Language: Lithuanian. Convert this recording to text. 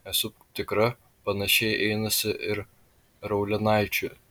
esu tikra panašiai einasi ir raulinaičiui